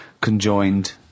conjoined